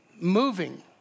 moving